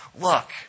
Look